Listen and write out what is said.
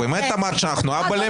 באמת אמרת שאנחנו אהבלים?